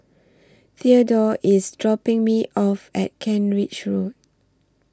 Thedore IS dropping Me off At Kent Ridge Road